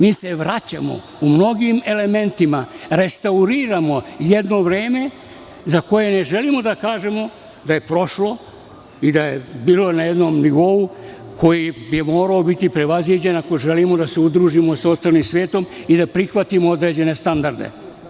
Mi se vraćamo u mnogim elementima, restauriramo jedno vreme za koje ne želimo da kažemo da je prošlo i da je bilo na jednom nivou koji bi morao biti prevaziđen, ako želimo da se udružimo sa ostalim svetom i da prihvatimo određene standarde.